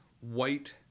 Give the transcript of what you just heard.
white